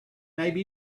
maybe